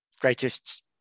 greatest